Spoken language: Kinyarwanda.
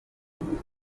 umwaka